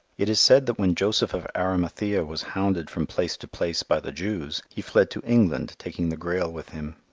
it is said that when joseph of arimathea was hounded from place to place by the jews, he fled to england taking the grail with him.